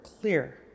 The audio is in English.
clear